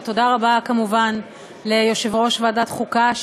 ותודה רבה כמובן ליושב-ראש ועדת החוקה,